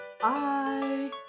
Bye